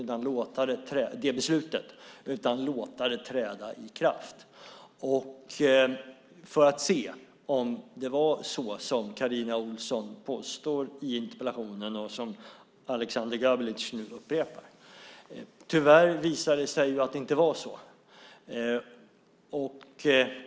I stället lät vi det träda i kraft för att se om det var så som Carina Ohlsson nu påstår i sin interpellation och som Aleksander Gabelic här har fört fram. Tyvärr visade det sig att det inte var så.